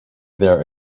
there